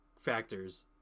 factors